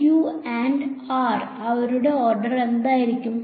q and r അവരുടെ order എന്തായിരിക്കും